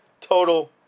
Total